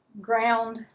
ground